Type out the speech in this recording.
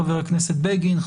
חבר הכנסת בגין,